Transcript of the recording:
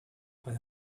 but